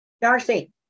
Darcy